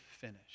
finish